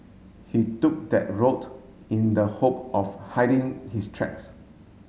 he took that road in the hope of hiding his tracks